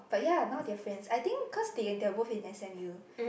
but ya now they are friends I think cause they they are both in S_N_U